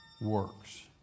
works